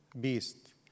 beast